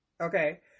Okay